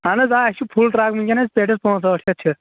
اہن حظ آ اَسہِ چھُ فُل ٹرٛاے وُنۍکٮ۪نَس پیٹٮ۪س پانٛژھ ٲٹھ شَتھ چھِ